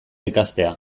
ikastea